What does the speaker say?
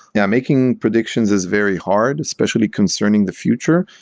yeah making predictions is very hard, especially concerning the future.